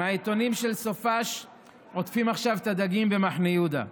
עם העיתונים של סוף השבוע עוטפים עכשיו את הדגים במחנה יהודה,